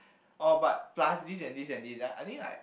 oh but plus this and this and this then I think like